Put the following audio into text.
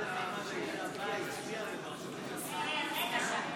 אני קובע כי הצעת חוק זכויות הסטודנט (תיקון,